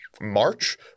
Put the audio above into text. March